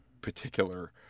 particular